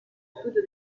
studio